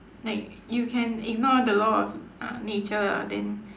like you can ignore the law of uh nature uh then